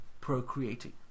procreating